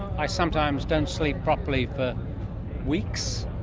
i sometimes don't sleep properly for weeks.